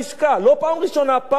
לא פעם ראשונה, פעם שנייה